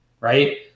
right